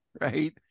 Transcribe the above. Right